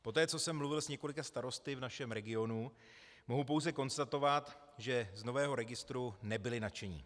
Poté co jsem mluvil s několika starosty v našem regionu, mohu pouze konstatovat, že z nového registru nebyli nadšeni.